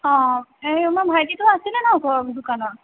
অঁ এই আমাৰ ভাইটিটো আছিলে ন ওপৰৰ দোকানত